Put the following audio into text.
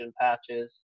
patches